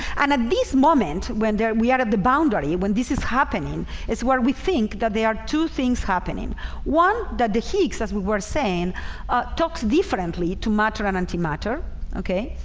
and at this moment when there we are at the boundary when this is happening it's what we think that there are two things happening one that the higgs as we were saying talks differently to matter and antimatter okay